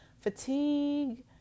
fatigue